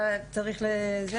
אתה צריך לעבור?